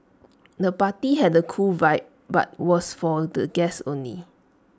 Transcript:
the party had A cool vibe but was for the guests only